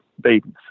babies